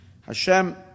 Hashem